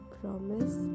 promise